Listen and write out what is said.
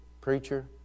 preacher